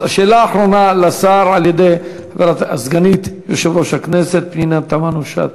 אז השאלה האחרונה לשר על-ידי סגנית יושב-ראש הכנסת פנינה תמנו-שטה.